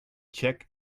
check